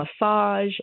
massage